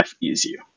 easier